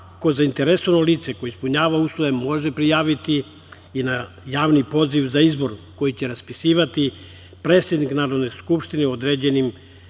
svako zainteresovano lice, koje ispunjava uslove, može prijaviti i na javni poziv za izbor koji će raspisivati predsednik Narodne skupštine određenim